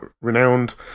renowned